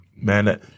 man